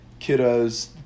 kiddos